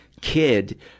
kid